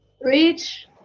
reach